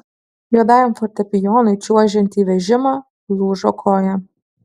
juodajam fortepijonui čiuožiant į vežimą lūžo koja